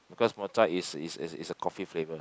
because mocha is is is is a coffee flavour